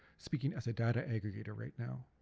speaking as a data aggregator right now.